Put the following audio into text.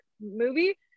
movie